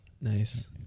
nice